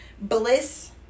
bliss